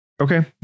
Okay